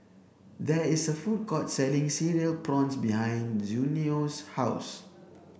there is a food court selling cereal prawns behind Junious' house